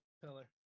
pillar